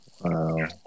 Wow